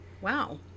Wow